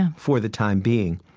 and for the time being,